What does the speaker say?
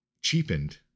cheapened